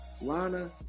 Lana